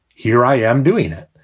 here i am doing it.